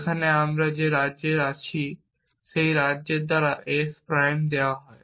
যেখানে আমরা যে রাজ্যে আছি সেই রাজ্যের দ্বারা s প্রাইম দেওয়া হয়